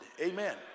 Amen